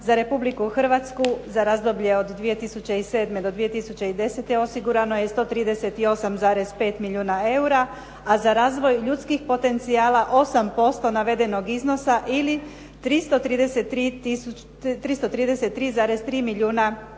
Za Republiku Hrvatsku za razdoblje od 2007. do 2010. osigurano je 138,5 milijuna eura, a za razvoj ljudskih potencijala 8% navedenog iznosa ili 333,3 milijuna kuna